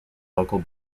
local